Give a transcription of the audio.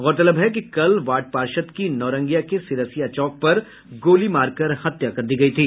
गौरतलब है कि कल वार्ड पार्षद की नौरंगिया के सिरसिया चौक पर गोली मारकर हत्या कर दी गयी थी